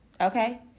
Okay